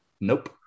Nope